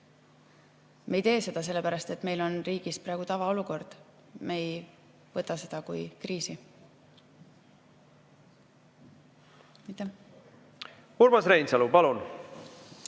Me ei tee seda kõike sellepärast, et meil on riigis praegu tavaolukord. Me ei võta seda kui kriisi.